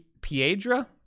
Piedra